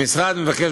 המשרד מבקש,